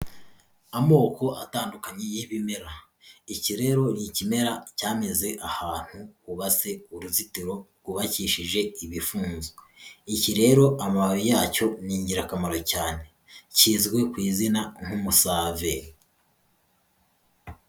Amoko atandukanye y'ibimera iki rero ni ikimera cyameze ahantu hubatse uruzitiro rwubakishije ibifunzo, iki rero amababi yacyo ni ingirakamaro cyane kizwi ku izina nk'umusave.